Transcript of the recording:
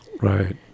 right